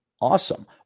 Awesome